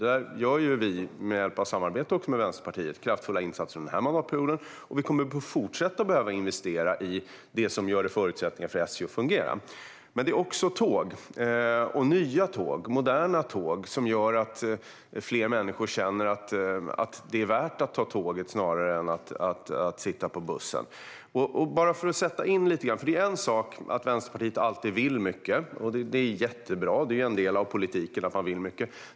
Där har vi, med hjälp av samarbete med Vänsterpartiet, gjort kraftfulla insatser under den här mandatperioden, och vi kommer att fortsatt behöva investera i det som ger förutsättningar för SJ att fungera. Men det handlar också om behovet av nya och moderna tåg som gör att fler människor känner att det är värt att ta tåget i stället för bussen. Det är en sak att Vänsterpartiet alltid vill mycket, och det är jättebra. Det är en del av politiken att man vill mycket.